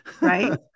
Right